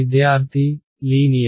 విద్యార్థి లీనియర్